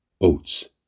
oats